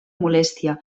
molèstia